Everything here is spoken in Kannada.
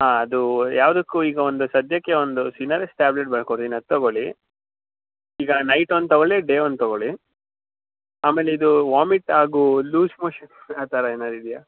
ಹಾಂ ಅದು ಯಾವುದಕ್ಕು ಈಗ ಒಂದು ಸದ್ಯಕ್ಕೆ ಒಂದು ಸಿನಾರಿಸ್ಟ್ ಟ್ಯಾಬ್ಲೆಟ್ ಬರೆದ್ಕೊಡ್ತೀನಿ ಅದು ತೊಗೊಳ್ಳಿ ಈಗ ನೈಟ್ ಒಂದು ತೊಗೊಳ್ಳಿ ಡೇ ಒಂದು ತೊಗೊಳ್ಳಿ ಆಮೇಲೆ ಇದು ವಾಮಿಟ್ ಆಗೋ ಲೂಸ್ ಮೋಶನ್ ಆ ಥರ ಏನಾರು ಇದೆಯೇ